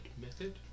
method